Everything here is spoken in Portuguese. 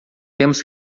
temos